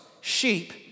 sheep